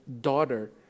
daughter